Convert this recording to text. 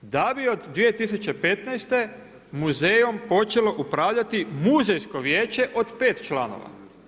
Da bi od 2015. muzejom počelo upravljati muzejsko vijeće od 5 članova.